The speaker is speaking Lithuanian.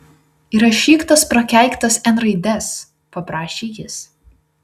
įrašyk tas prakeiktas n raides paprašė jis